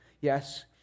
Yes